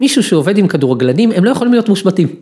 מישהו שעובד עם כדורגלנים הם לא יכולים להיות מושמטים.